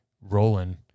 rolling